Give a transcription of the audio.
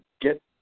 get